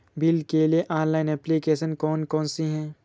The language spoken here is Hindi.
बिल के लिए ऑनलाइन एप्लीकेशन कौन कौन सी हैं?